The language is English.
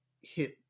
hit